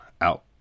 out